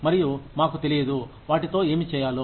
మరియు మాకు తెలియదు వాటితో ఏమి చేయాలో